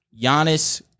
Giannis